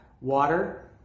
Water